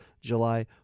July